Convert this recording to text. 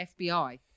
FBI